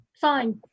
fine